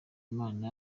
imana